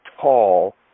tall